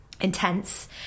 intense